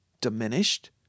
diminished